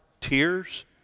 tears